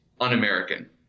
un-American